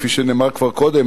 כפי שנאמר כבר קודם,